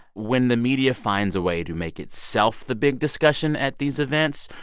when the media finds a way to make itself the big discussion at these events,